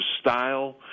style